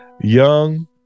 young